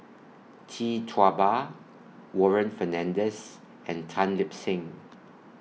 Tee Tua Ba Warren Fernandez and Tan Lip Seng